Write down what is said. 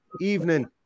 evening